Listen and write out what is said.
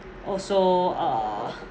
also uh